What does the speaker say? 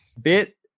Bit